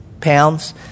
pounds